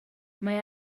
mae